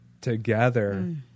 together